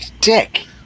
dick